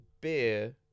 beer